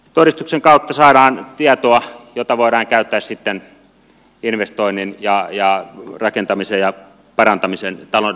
energiatodistuksen kautta saadaan tietoa jota voidaan käyttää sitten investoinnin ja rakentamisen ja talon energiatehokkuuden parantamiseksi